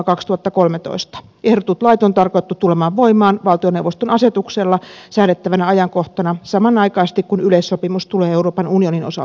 ehdotetut lait on tarkoitettu tulemaan voimaan valtioneuvoston asetuksella säädettävänä ajankohtana samanaikaisesti kun yleissopimus tulee euroopan unionin osalta voimaan